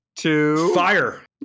Fire